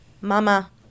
mama